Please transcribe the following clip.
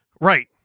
Right